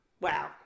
wow